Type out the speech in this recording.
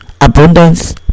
abundance